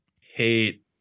hate